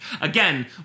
Again